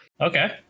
okay